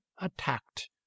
attacked